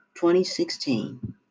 2016